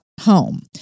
home